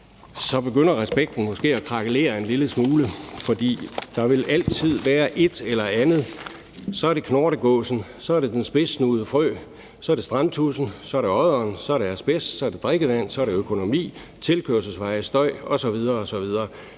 så begynder respekten måske at krakelere en lille smule, fordi der altid vil være et eller andet. Så er det knortegåsen. Så er det den spidssnudede frø. Så er det strandtudsen. Så er det odderen. Så er det asbest. Så er det drikkevand. Så er det økonomi, tilkørselsveje, støj osv. osv.